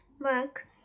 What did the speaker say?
Mark